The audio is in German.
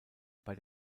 bei